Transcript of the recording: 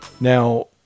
Now